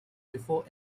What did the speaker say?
before